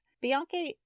Bianca